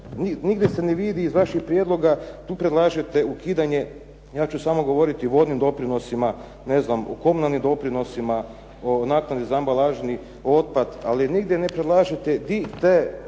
nigdje se ne vidi iz vaših prijedloga, tu predlažete ukidanje, ja ću samo govoriti o vodnim doprinosima, ne znam o komunalnim doprinosima, o naknadi za ambalažni otpad ali nigdje ne predlažete gdje